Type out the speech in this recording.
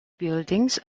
buildings